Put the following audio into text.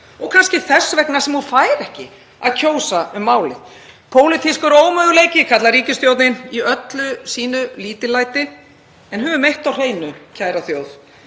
og kannski er það þess vegna sem hún fær ekki að kjósa um málið. Pólitískur ómöguleiki, kallar ríkisstjórnin í öllu sínu lítillæti en höfum eitt á hreinu, kæra þjóð: